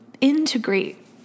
integrate